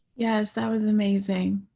yes, that was amazing.